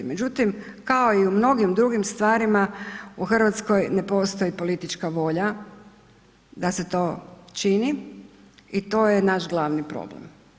Međutim, kao i u mnogim drugim stvarima u Hrvatskoj ne postoji politička volja da se to čini i to je naš glavni problem.